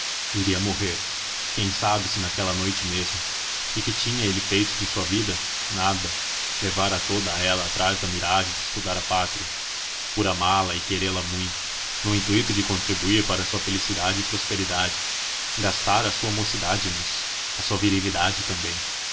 iria morrer quem sabe se naquela noite mesmo e que tinha ele feito de sua vida nada levara toda ela atrás da miragem de estudar a pátria por amá-la e querê la muito no intuito de contribuir para a sua felicidade e prosperidade gastara sua mocidade nisso a sua virilidade também